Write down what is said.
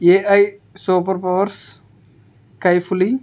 AI superpowers Kai-Fu Lee